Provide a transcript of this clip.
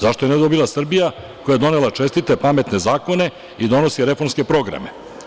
Zašto je ne bi dobila Srbija, koja je donela čestite pametne zakone i donosi reformske programe?